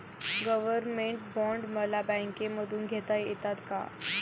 Government bond मला बँकेमधून घेता येतात का?